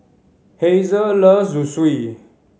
Hazle loves Zosui